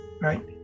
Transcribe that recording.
right